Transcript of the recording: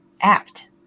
act